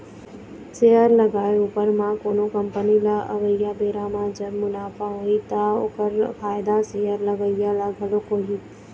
share लगाए उपर म कोनो कंपनी ल अवइया बेरा म जब मुनाफा होही ता ओखर फायदा शेयर लगइया ल घलोक होही